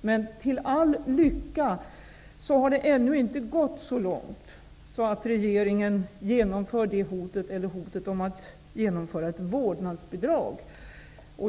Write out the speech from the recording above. men till all lycka har det ännu inte gått så långt att regeringen hotar med att genomföra ett vårdnadsbidrag.